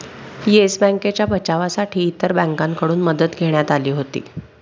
yes बँकेच्या बचावासाठी इतर बँकांकडून मदत घेण्यात आली होती